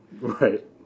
Right